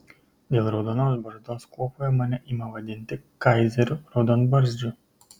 dėl raudonos barzdos kuopoje mane ima vadinti kaizeriu raudonbarzdžiu